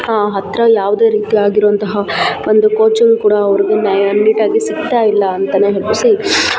ಹಾಂ ಹತ್ತಿರ ಯಾವುದೇ ರೀತಿ ಆಗಿರುವಂತಹ ಒಂದು ಕೋಚಿಂಗ್ ಕೂಡ ಅವ್ರಿಗೆ ನ್ಯಾಯ ನೀಟಾಗಿ ಸಿಗ್ತಾ ಇಲ್ಲ ಅಂತಲೇ ಹೇಳ್ಬೋದು ಸಿ